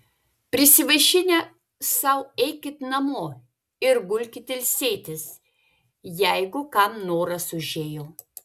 prisivaišinę sau eikit namo ir gulkit ilsėtis jeigu kam noras užėjo